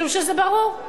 משום שזה ברור,